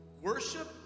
worship